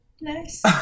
Nice